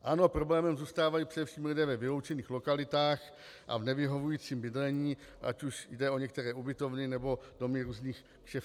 Ano, problémem zůstávají především lidé ve vyloučených lokalitách a v nevyhovujícím bydlení, ať už jde o některé ubytovny, nebo domy různých kšeftařů s chudobou.